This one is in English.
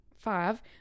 five